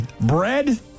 Bread